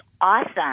awesome